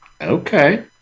Okay